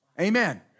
Amen